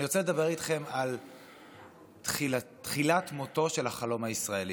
אני רוצה לדבר איתכם על תחילת מותו של החלום הישראלי.